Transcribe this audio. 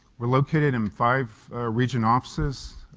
we're located in five region offices,